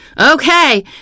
Okay